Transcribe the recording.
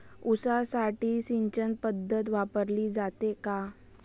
ऊसासाठी सिंचन पद्धत वापरली जाते का?